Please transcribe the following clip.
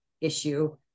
issue